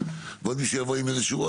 ועוד מישהו יבוא עם איזה משהו.